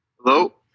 Hello